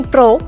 Pro